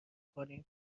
کنیم